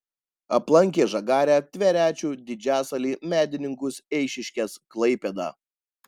aplankė žagarę tverečių didžiasalį medininkus eišiškes klaipėdą